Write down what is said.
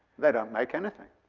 they don't make anything.